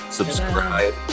Subscribe